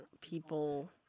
people